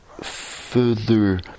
further